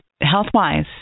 health-wise